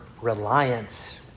reliance